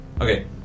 Okay